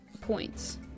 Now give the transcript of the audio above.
points